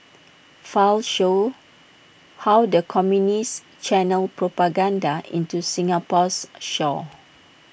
files show how the communists channelled propaganda into Singapore's shores